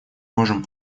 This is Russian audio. можем